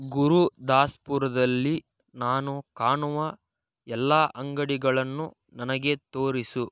ಗುರುದಾಸ್ಪುರದಲ್ಲಿ ನಾನು ಕಾಣುವ ಎಲ್ಲ ಅಂಗಡಿಗಳನ್ನು ನನಗೆ ತೋರಿಸು